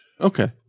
okay